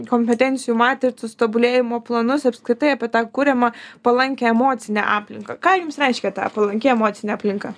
kompetencijų matricos tobulėjimo planus apskritai apie tą kuriamą palankią emocinę aplinką ką jums reiškia tą palanki emocinė aplinka